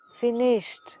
Finished